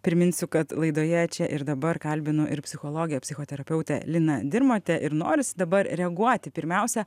priminsiu kad laidoje čia ir dabar kalbinu ir psichologę psichoterapeutę lina dirmote ir norisi dabar reaguoti pirmiausia